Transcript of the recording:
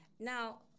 Now